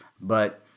But-